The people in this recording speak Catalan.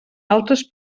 altres